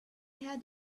had